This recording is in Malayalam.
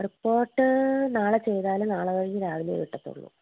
റിപ്പോർട്ട് നാളെ ചെയ്താല് നാളെ കഴിഞ്ഞു രാവിലെ കിട്ടത്തുള്ളു